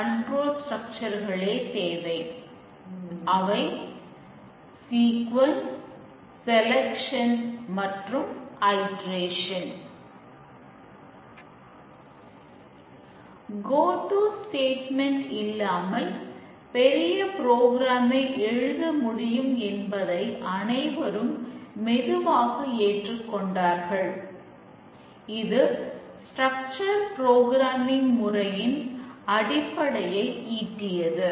கோ ட்டு ஸ்டேட்மெண்ட் முறையின் அடிப்படையை ஈட்டியது